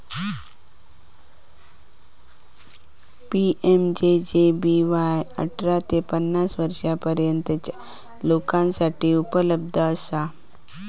PMJJBY अठरा ते पन्नास वर्षांपर्यंतच्या लोकांसाठी उपलब्ध असा